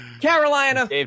Carolina